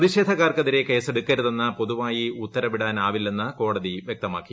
പ്രതിഷേധക്കാർക്കെതിരെ കേസെടുക്കരുതെന്ന് പൊതുവായി ഉത്തരവിടാനാവില്ലെന്ന് കോടതി വ്യക്തമാക്കി